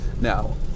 now